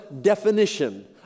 definition